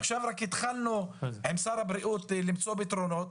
עכשיו רק התחלנו עם שר הבריאות למצוא פתרונות.